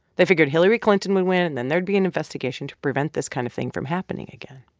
they figured hillary clinton would win, and then there'd be an investigation to prevent this kind of thing from happening again.